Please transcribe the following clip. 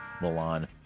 Milan